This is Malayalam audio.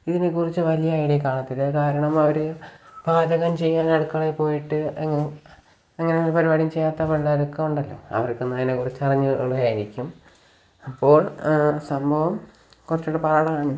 ഇതിനെക്കുറിച്ച് വലിയ ഐഡിയ കാണത്തില്ല കാരണം അവർ പാചകം ചെയ്യാൻ അടുക്കളയിൽ പോയിട്ട് എങ്ങും അങ്ങനെ ഒരു പരിപാടിയും ചെയ്യാത്ത പിള്ളേരൊക്കെ ഉണ്ടല്ലൊ അവർക്കൊന്നും അതിനെക്കുറിച്ചറിഞ്ഞു കൂടായിരിക്കും അപ്പോൾ സംഭവം കുറച്ചും കൂടി പാടാണ്